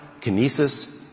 Kinesis